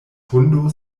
hundo